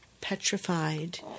petrified